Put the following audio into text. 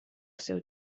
seu